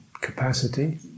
capacity